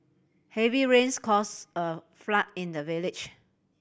heavy rains cause a flood in the village